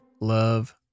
love